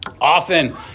Often